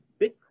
Bitcoin